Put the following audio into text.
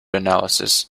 analysis